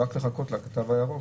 רק לחכות לתו הירוק,